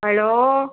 hello